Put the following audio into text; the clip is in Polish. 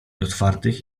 otwartych